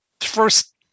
first